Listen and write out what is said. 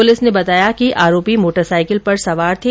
police ने बताया कि आरोपी मोटर साईकिल पर सवार थे